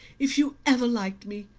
if you ever liked me,